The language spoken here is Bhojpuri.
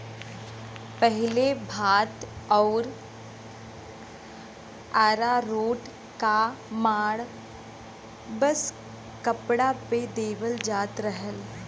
पहिले भात आउर अरारोट क माड़ सब कपड़ा पे देवल जात रहल